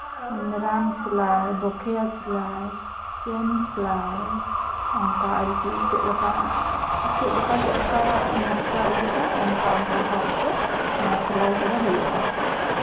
ᱨᱟᱱ ᱥᱮᱞᱟᱭ ᱵᱚᱠᱮᱭᱟ ᱥᱮᱞᱟᱭ ᱪᱮᱱ ᱥᱮᱞᱟᱭ ᱚᱱᱠᱟ ᱟᱨᱠᱤ ᱪᱮᱫ ᱞᱮᱠᱟ ᱪᱮᱫ ᱞᱮᱠᱟ ᱱᱚᱠᱥᱟ ᱤᱭᱟᱹᱜᱼᱟ ᱚᱱᱠᱟ ᱚᱱᱠᱟ ᱵᱷᱟᱵᱽᱛᱮ ᱚᱱᱟ ᱥᱮᱞᱟᱭ ᱠᱚᱫᱚ ᱦᱩᱭᱩᱜᱼᱟ